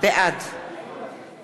בעד